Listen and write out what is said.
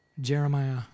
Jeremiah